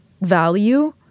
value